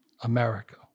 America